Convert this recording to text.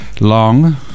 Long